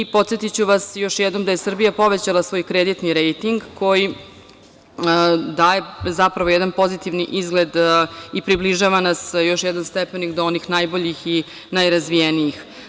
Podsetiću vas još jednom da je Srbija povećala svoj kreditni rejting koji daje jedan pozitivni izgled i približava nas još jedan stepenik do onih najboljih i najrazvijenijih.